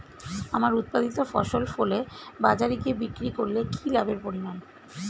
আমার উৎপাদিত ফসল ফলে বাজারে গিয়ে বিক্রি করলে কি লাভের পরিমাণ?